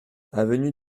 avenue